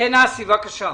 אסי, בבקשה.